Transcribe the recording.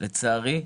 לצערי.